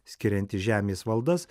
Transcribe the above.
skirianti žemės valdas